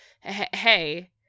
hey